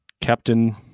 Captain